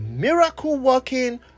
Miracle-working